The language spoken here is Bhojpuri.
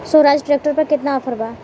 सोहराज ट्रैक्टर पर केतना ऑफर बा?